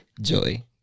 Joy